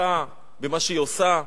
ומצליחה במה שהיא עושה,